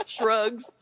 shrugs